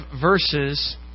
verses